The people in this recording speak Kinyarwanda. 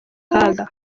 kaga